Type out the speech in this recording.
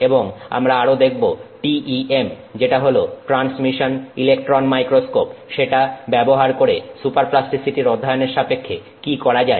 এবং আমরা আরো দেখবো TEM যেটা হলো ট্রান্সমিশন ইলেকট্রন মাইক্রোস্কোপ সেটা ব্যবহার করে সুপার প্লাস্টিসিটির অধ্যায়নের সাপেক্ষে কি করা যায়